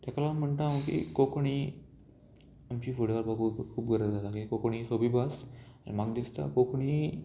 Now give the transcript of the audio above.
तेका लागोन म्हणटा हांव की कोंकणी आमची फुडें व्हरपाक खूब खूब गरज आसा किद्या कोंकणी ही सोंपी भास आनी म्हाका दिसता कोंकणी